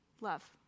love